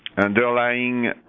Underlying